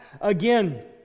Again